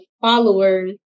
followers